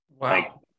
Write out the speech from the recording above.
Wow